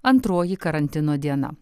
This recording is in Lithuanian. antroji karantino diena